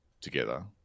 together